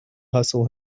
hustle